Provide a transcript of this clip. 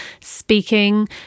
speaking